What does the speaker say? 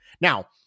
Now